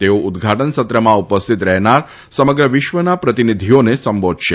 તેઓ ઉદઘાટન સત્રમાં ઉપસ્થિત રહેનાર સમગ્ર વિશ્વના પ્રતિનિધિઓને સંબોધશે